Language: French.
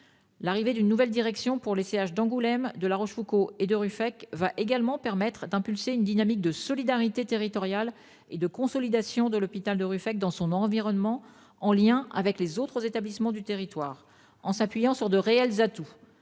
L'arrivée d'une nouvelle direction pour les centres hospitaliers d'Angoulême, de La Rochefoucauld et de Ruffec permettra également d'impulser une dynamique de solidarité territoriale et de consolidation de l'hôpital de Ruffec dans son environnement, en lien avec les autres établissements du territoire, en s'appuyant sur de réels atouts